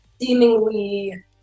seemingly